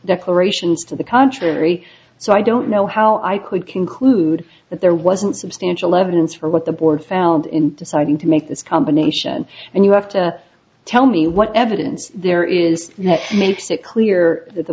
declarations to the contrary so i don't know how i could conclude that there wasn't substantial evidence for what the board found in deciding to make this combination and you have to tell me what evidence there is that makes it clear th